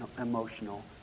emotional